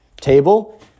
Table